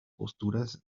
posturas